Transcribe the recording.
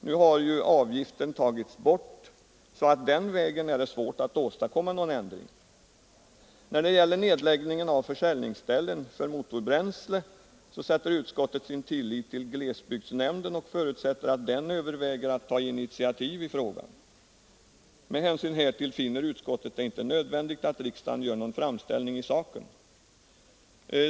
Nu har avgiften tagits bort, så att den vägen är det svårt att åstadkomma någon ändring. När det gäller nedläggningen av försäljningsställen för motorbränsle sätter utskottet sin tillit till glesbygdsnämnden och förutsätter att den överväger att ta initiativ i frågan. Med hänsyn härtill finner utskottet det inte nödvändigt att riksdagen gör någon framställning i saken.